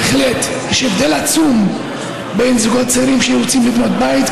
בהחלט יש הבדל עצום בין זוגות צעירים שרוצים לבנות בית,